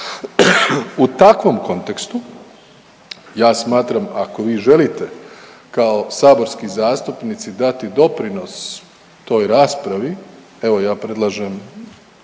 U takvom kontekstu ja smatram ako vi želite kao saborski zastupnici dati doprinos toj raspravi, evo ja predlažem